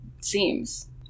seems